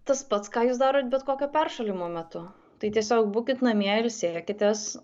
tas pats ką jūs darot bet kokio peršalimo metu tai tiesiog būkit namie ilsėkitės